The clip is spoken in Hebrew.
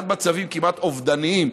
עד מצבים כמעט אובדניים,